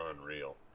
unreal